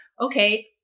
okay